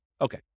Okay